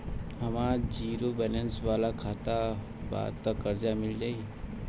हमार zero balance वाला खाता बा त कर्जा मिल जायी?